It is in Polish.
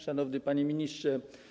Szanowny Panie Ministrze!